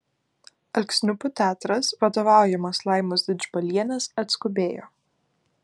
alksniupių teatras vadovaujamas laimos didžbalienės atskubėjo